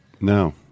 No